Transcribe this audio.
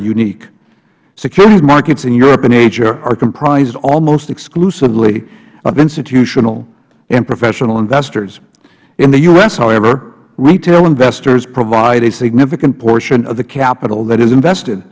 unique securities markets in europe and asia are comprised almost exclusively of institutional and professional investors in the u s however retail investors provide a significant portion of the capital that is invested